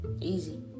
Easy